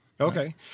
Okay